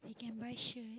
we can buy shirt